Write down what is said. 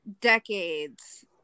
decades